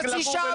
בכלל לא קשור,